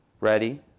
Ready